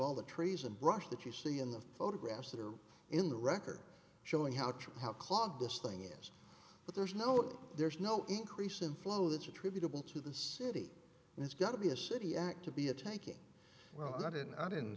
all the trees and brush that you see in the photographs that are in the record showing how to how clogged this thing is but there's no there's no increase in flow that's attributable to the city and it's got to be a city act to be a taking well i didn't i didn't